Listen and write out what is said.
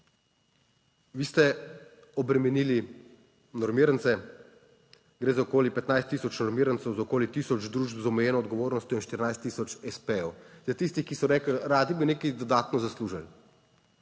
Vi ste obremenili normirance, gre za okoli 15000 normirancev za okoli tisoč družb z omejeno odgovornostjo in 14 tisoč espejev. Zdaj tisti, ki so rekli, radi bi nekaj dodatno zaslužili,